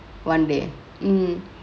one day mm